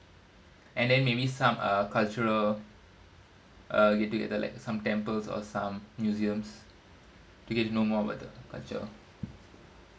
and then maybe some uh cultural uh get together like some temples or some museums to get know more about the culture